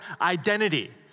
identity